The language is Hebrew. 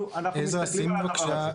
אנחנו מסתכלים על הדבר הזה.